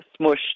smushed